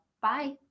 Bye